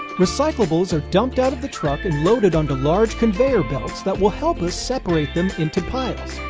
recyclables are dumped out of the truck and loaded onto large conveyor belts that will help us separate them into piles.